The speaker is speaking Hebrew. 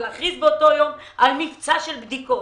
ולהכריז באותו יום על מבצע של בדיקות.